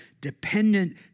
dependent